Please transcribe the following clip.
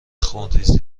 خونریزی